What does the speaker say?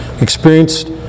experienced